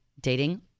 dating